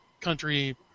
country